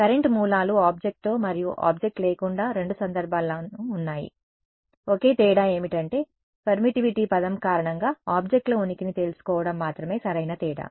current మూలాలు ఆబ్జెక్ట్తో మరియు ఆబ్జెక్ట్ లేకుండా రెండు సందర్భాల్లోనూ ఉన్నాయి ఒకే తేడా ఏమిటంటే పర్మిటివిటీ పదం కారణంగా ఆబ్జెక్ట్ల ఉనికిని తెలుసుకోవడం మాత్రమే సరైన తేడా